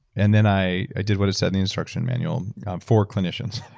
and then i i did what it said in the instruction manual for clinicians.